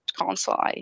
console